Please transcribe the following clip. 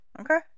Okay